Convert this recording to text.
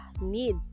need